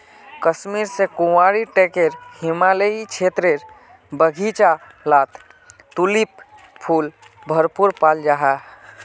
कश्मीर से कुमाऊं टेकर हिमालयी क्षेत्रेर बघिचा लात तुलिप फुल भरपूर पाल जाहा